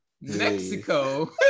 Mexico